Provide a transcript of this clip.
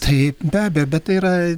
tai be abejo bet tai yra